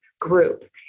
group